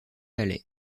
alais